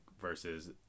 versus